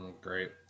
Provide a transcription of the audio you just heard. Great